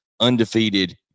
undefeated